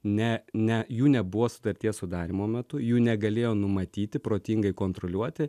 ne ne jų nebuvo sutarties sudarymo metu jų negalėjo numatyti protingai kontroliuoti